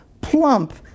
plump